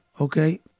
Okay